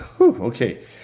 Okay